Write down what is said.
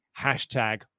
hashtag